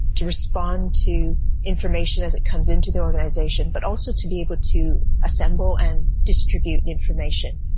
to respond to information as it comes into the organisation, but also to be able to assemble and distribute information.